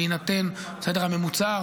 בהינתן הממוצע.